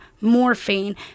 morphine